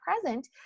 present